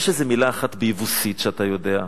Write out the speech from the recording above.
יש איזו מלה אחת ביבוסית שאתה יודע?